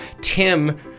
Tim